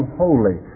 holy